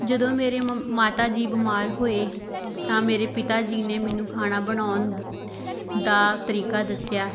ਜਦੋਂ ਮੇਰੇ ਮੰ ਮਾਤਾ ਜੀ ਬਿਮਾਰ ਹੋਏ ਤਾਂ ਮੇਰੇ ਪਿਤਾ ਜੀ ਨੇ ਮੈਨੂੰ ਖਾਣਾ ਬਣਾਉਣ ਦਾ ਤਰੀਕਾ ਦੱਸਿਆ